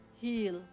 heal